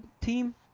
team